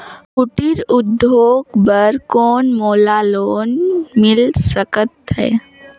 कुटीर उद्योग बर कौन मोला लोन मिल सकत हे?